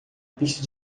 pista